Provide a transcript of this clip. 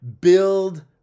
build